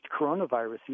coronavirus